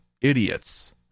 idiots